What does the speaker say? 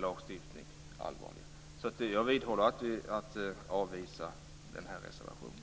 lagstiftning. Jag vidhåller mitt yrkande om att avvisa reservationen.